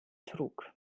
trug